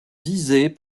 visés